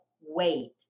wait